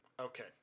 Okay